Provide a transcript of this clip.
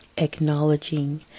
acknowledging